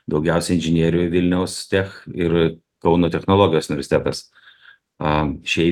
daugiausiai inžinierių vilniaus tech ir kauno technologijos universitetas a šiai